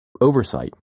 oversight